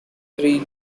three